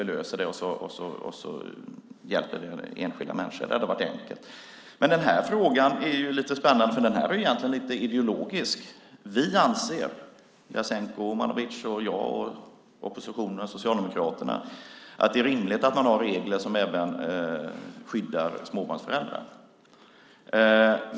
Vi löser det och hjälper enskilda människor. Det hade varit enkelt. Den här frågan är lite spännande, för den är egentligen lite ideologisk. Vi anser - Jasenko Omanovic, jag, oppositionen, Socialdemokraterna - att det är rimligt att ha regler som även skyddar småbarnsföräldrar.